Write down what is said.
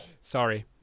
Sorry